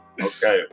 Okay